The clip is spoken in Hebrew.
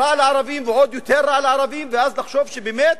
רע לערבים, ועוד יותר רע לערבים, ואז לחשוב שבאמת